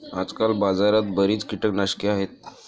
आजकाल बाजारात बरीच कीटकनाशके आहेत